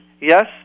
Yes